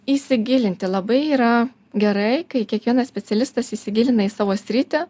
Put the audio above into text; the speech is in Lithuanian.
įsigilinti labai yra gerai kai kiekvienas specialistas įsigilina į savo sritį